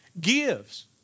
gives